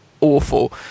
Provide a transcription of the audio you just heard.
awful